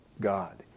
God